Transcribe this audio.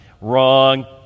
Wrong